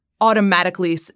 automatically